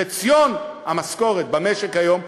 חציון המשכורת במשק היום,